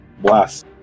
Blast